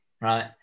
right